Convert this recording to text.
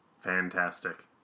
fantastic